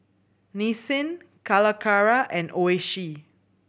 Nissin Calacara and Oishi